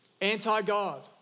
anti-God